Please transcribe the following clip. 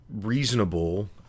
reasonable